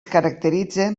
caracteritzen